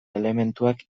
elementuak